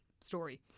story